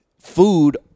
food